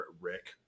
Rick